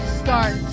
start